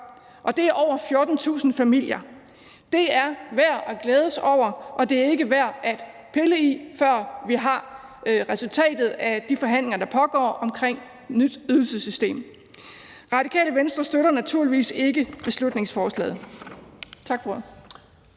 og det er over 14.000 familier. Det er værd at glæde sig over, og det er ikke værd at pille i, før vi har resultatet af de forhandlinger, der pågår omkring et nyt ydelsessystem. Radikale Venstre støtter naturligvis ikke beslutningsforslaget.